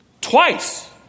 Twice